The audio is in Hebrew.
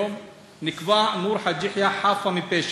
נקבע שנור חאג' יחיא חפה מפשע.